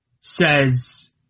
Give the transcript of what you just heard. says